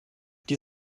dir